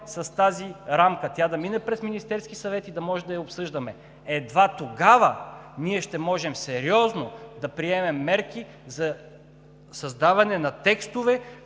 с тази рамка – тя да мине през Министерския съвет и да можем да я обсъждаме. Едва тогава ние ще можем сериозно да приемем мерки за създаване на текстове,